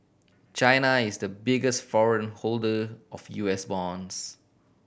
China is the biggest foreign holder of U S bonds